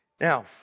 Now